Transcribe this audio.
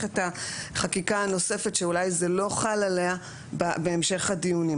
את החקיקה הנוספת שאולי זה לא חל עליה בהמשך הדיונים,